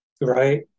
Right